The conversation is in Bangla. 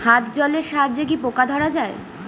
হাত জলের সাহায্যে কি পোকা ধরা যায়?